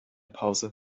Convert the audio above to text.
pause